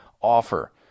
offer